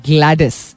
Gladys